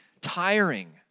tiring